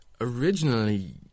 Originally